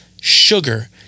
sugar